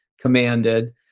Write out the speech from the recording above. commanded